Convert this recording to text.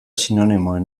sinonimoen